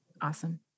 Awesome